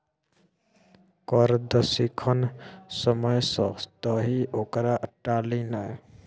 कर सदिखन समय सँ दही ओकरा टाली नै